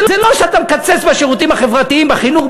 זה לא שאתה מקצץ בשירותים החברתיים בחינוך,